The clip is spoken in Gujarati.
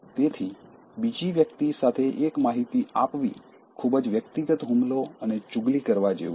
તેથી બીજી વ્યક્તિ સાથે એક માહિતી આપવી ખૂબ જ વ્યક્તિગત હુમલો અને ચુગલી કરવા જેવુ છે